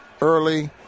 early